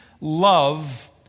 love